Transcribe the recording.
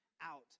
out